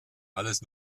alles